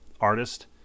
artist